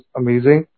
amazing